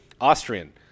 Austrian